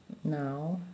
now